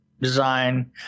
design